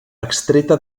extreta